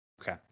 Okay